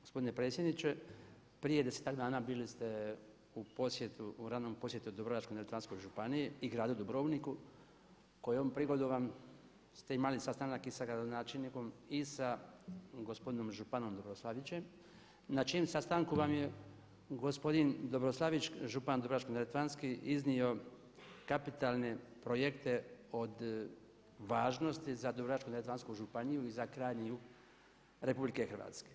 Gospodine predsjedniče, prije desetak dana bili ste u posjetu, u radnom posjetu Dubrovačko-neretvanskoj županiji i gradu Dubrovniku kojom prigodom ste imali sastanak i sa gradonačelnikom i sa gospodinom županom Dobroslavićem, na čijem sastanku vam je gospodin Dobroslavić, župan Dubrovačko-neretvanski iznio kapitalne projekte od važnosti za Dubrovačko-neretvansku županiju i za krajnji jug Republike Hrvatske.